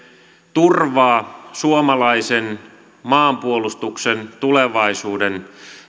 turvaa suomalaisen maanpuolustuksen tulevaisuuden